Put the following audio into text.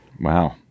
wow